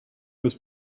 was